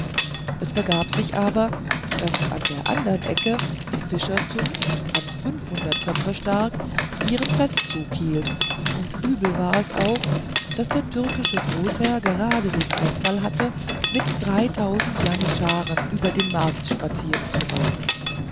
es begab sich aber daß an der andern ecke die fischerzunft an fünfhundert köpfe stark ihren festzug hielt und übel war es auch daß der türkische großherr gerade den einfall hatte mit dreitausend janitscharen über den markt